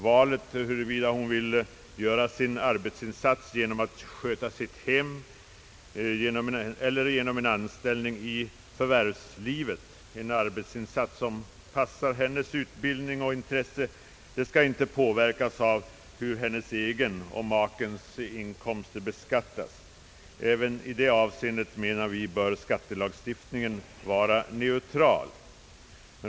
Valet huruvida hon skall göra sin arbetsinsats i hemmet eller i förvärvslivet i ett arbete som passar hennes utbildning och intresse skall inte påverkas av hur hennes egen och makens inkomster beskattas. även i det avseendet menar vi att skattelagstiftningen bör vara neutral.